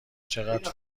چقدر